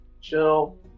chill